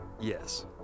Yes